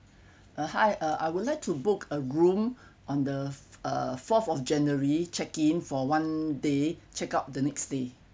uh hi uh I would like to book a room on the uh fourth of january check in for one day check out the next day